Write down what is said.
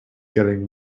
getting